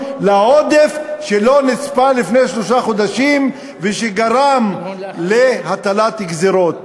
לעודף שלא נצפה לפני שלושה חודשים ושגרם להטלת גזירות.